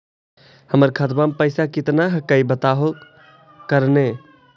हमर खतवा में पैसा कितना हकाई बताहो करने?